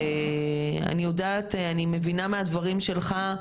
אני מבינה מהדברים שלך,